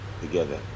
together